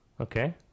Okay